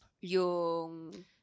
yung